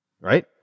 right